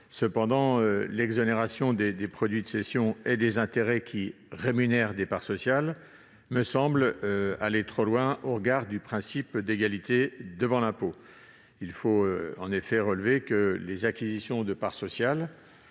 Cependant, exonérer d'impôt les produits de cession et les intérêts qui rémunèrent des parts sociales me semble aller trop loin au regard du principe d'égalité devant l'impôt. Il convient en effet de rappeler que les acquisitions de parts sociales